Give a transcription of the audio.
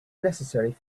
necessary